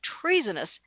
treasonous